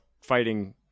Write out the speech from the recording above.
fighting